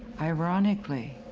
ironically,